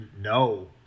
no